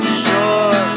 sure